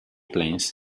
plains